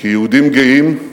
כיהודים גאים,